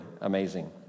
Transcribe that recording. Amazing